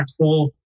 impactful